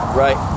right